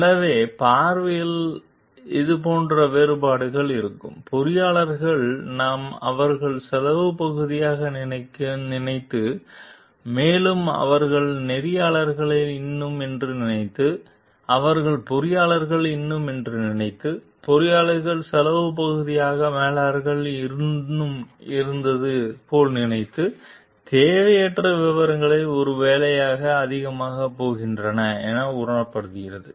எனவே பார்வையில் இந்த போன்ற வேறுபாடு இருக்கும் பொறியாளர்கள் நாம் அவர்கள் செலவு பகுதியாக நினைத்து மேலும் அவர்கள் பொறியாளர்கள் இன்னும் என்று நினைத்து அவர்கள் பொறியாளர்கள் இன்னும் என்று நினைத்து பொறியாளர்கள் செலவு பகுதியாக மேலாளர்கள் இன்னும் இருந்தது போல் நினைத்து தேவையற்ற விவரங்கள் ஒரு ஒருவேளை அதிகமாக போகிறது என உணரப்பட்டது